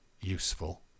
useful